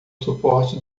suporte